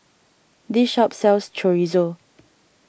this shop sells Chorizo